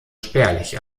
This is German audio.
spärlich